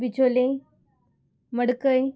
Bicholim Madkai